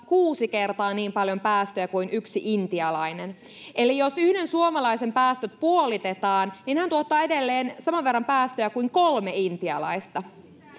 kuusi kertaa niin paljon päästöjä kuin yksi intialainen eli jos yhden suomalaisen päästöt puolitetaan hän tuottaa edelleen saman verran päästöjä kuin kolme intialaista